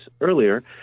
earlier